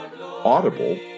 Audible